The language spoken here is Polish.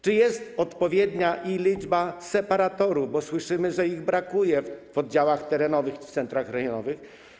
Czy jest odpowiednia liczba separatorów - bo słyszymy, że ich brakuje - w oddziałach terenowych, w centrach rejonowych?